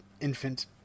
infant